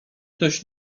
ktoś